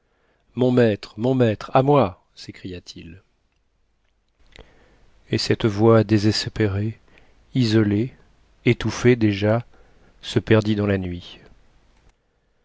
mon maître mon maître à moi s'écria-t-il et cette voix désespérée isolée étouffée déjà se perdit dans la nuit